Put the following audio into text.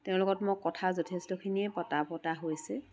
তেওঁৰ লগত মোক কথা যথেষ্টখিনিয়ে পতা পতা হৈছে